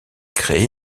créée